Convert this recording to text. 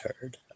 heard